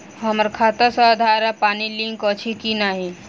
हम्मर खाता सऽ आधार आ पानि लिंक अछि की नहि?